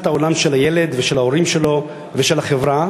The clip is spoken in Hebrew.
העולם של הילד ושל ההורים שלו ושל החברה,